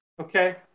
Okay